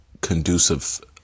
conducive